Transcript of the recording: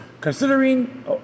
Considering